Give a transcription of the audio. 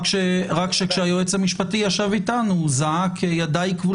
רק שכאשר היועץ המשפטי ישב איתנו הוא זעק: ידיי כבולות.